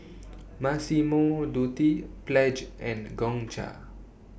Massimo Dutti Pledge and Gongcha